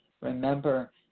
remember